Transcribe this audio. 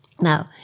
Now